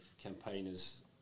campaigners